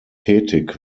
tätig